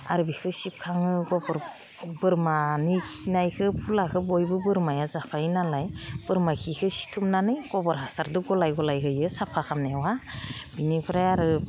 आरो बिखो सिबखाङो गोबोर बोरमानि खिनायखो खुलाखो बयबो बोरमाया जाफायोनालाय बोरमा खिखो सिबथुमनानै गोबोर हासारदो गलाय गलाय होयो साफा खामनायावहा बिनिफ्राय आरो